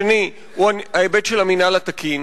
ההיבט השני הוא ההיבט של המינהל התקין,